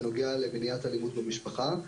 בנוגע למניעת אלימות במשפחה.